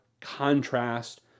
contrast